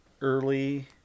early